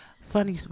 Funny